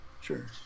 Sure